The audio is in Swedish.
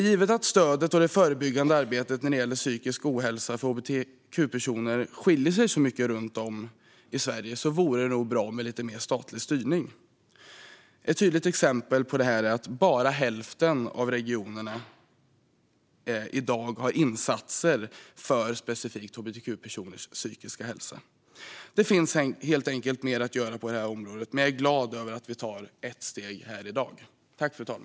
Givet att stödet och det förebyggande arbetet när det gäller psykisk ohälsa för hbtq-personer skiljer sig så mycket runt om i Sverige vore det nog bra med lite mer statlig styrning. Ett tydligt exempel på detta är att bara hälften av regionerna i dag har insatser specifikt för hbtq-personers psykiska hälsa. Det finns helt enkelt mer att göra på detta område, men jag är glad över att vi tar ett steg här i dag.